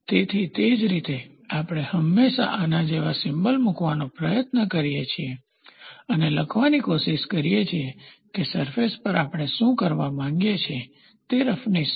તેથી તે જ રીતે આપણે હંમેશાં આના જેવા સિમ્બોલ મૂકવાનો પ્રયત્ન કરીએ છીએ અને લખવાની કોશિશ કરીએ છીએ કે સરફેસ પર આપણે શું કરવા માંગીએ છીએ તે રફનેસ છે